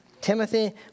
Timothy